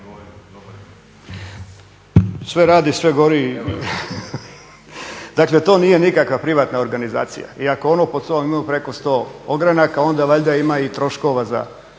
Sve radi, sve gori. Dakle, to nije nikakva privatna organizacija i ako … preko 100 ogranaka, onda valjda ima i troškova za